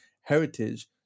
heritage